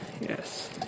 Yes